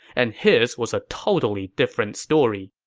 and his was a totally different story.